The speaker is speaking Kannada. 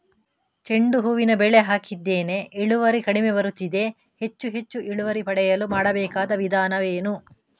ಚೆಂಡು ಹೂವಿನ ಬೆಳೆ ಹಾಕಿದ್ದೇನೆ, ಇಳುವರಿ ಕಡಿಮೆ ಬರುತ್ತಿದೆ, ಹೆಚ್ಚು ಹೆಚ್ಚು ಇಳುವರಿ ಪಡೆಯಲು ಮಾಡಬೇಕಾದ ವಿಧಾನವೇನು?